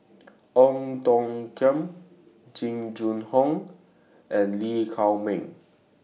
Ong Tiong Khiam Jing Jun Hong and Lee Chiaw Meng